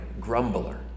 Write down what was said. grumbler